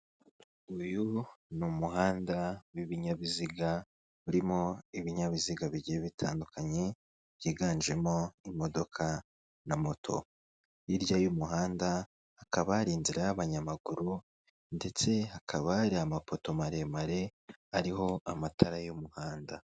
Uyu ni umuhanda w'ibinyabiziga urimo ibinyabiziga bigiye bitandukanye byiganjemo imodoka na moto. hirya y'umuhanda hakaba hari inzira y'abanyamaguru ndetse hakaba hari amapoto maremare ariho amatara y'umuhanda.